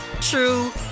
true